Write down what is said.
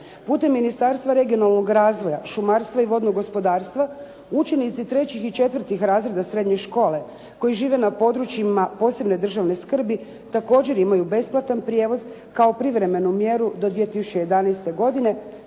Putem Ministarstva regionalnog razvoja, šumarstva i vodnog gospodarstva, učenici trećih i četvrtih razreda srednje škole koji žive na područjima posebne državne skrbi također imaju besplatan prijevoz kao privremenu mjeru do 2011. godine